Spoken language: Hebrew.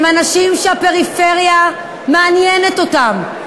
הם אנשים שהפריפריה מעניינת אותם.